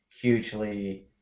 hugely